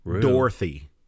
Dorothy